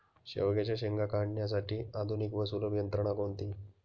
शेवग्याच्या शेंगा काढण्यासाठी आधुनिक व सुलभ यंत्रणा कोणती?